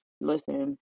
listen